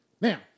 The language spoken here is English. Now